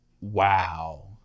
Wow